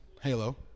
Halo